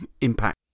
impact